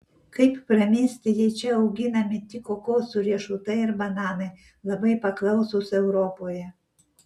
kaip pramisti jei čia auginami tik kokosų riešutai ir bananai labai paklausūs europoje